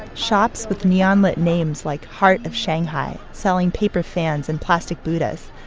shops with neon-lit names like heart of shanghai, selling paper fans and plastic buddhas,